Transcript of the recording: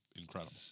Incredible